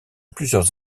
plusieurs